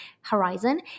horizon